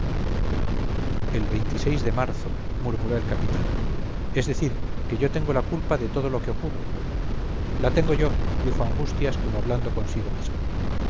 el de marzo murmuró el capitán es decir que yo tengo la culpa de todo lo que ocurre la tengo yo dijo angustias como hablando consigo misma